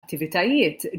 attivitajiet